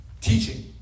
teaching